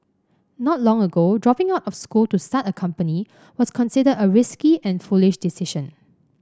not long ago dropping out of school to start a company was considered a risky and foolish decision